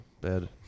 bad